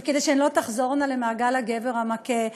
וכדי שהן לא תחזורנה למעגל הגבר המכה.